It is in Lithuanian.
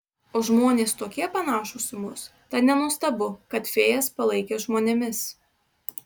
o žmonės tokie panašūs į mus tad nenuostabu kad fėjas palaikė žmonėmis